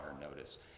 notice